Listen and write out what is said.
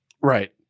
Right